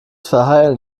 verheilen